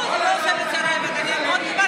לא, זה לא עושה לי צרבת, אני מאוד מברכת.